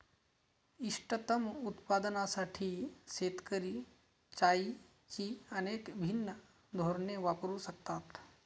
इष्टतम उत्पादनासाठी शेतकरी चराईची अनेक भिन्न धोरणे वापरू शकतात